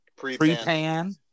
Pre-pan